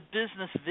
business